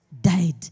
Died